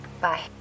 bye